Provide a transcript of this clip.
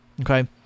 Okay